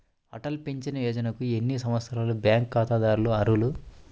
Atal pension యోజనకు ఎన్ని సంవత్సరాల బ్యాంక్ ఖాతాదారులు అర్హులు?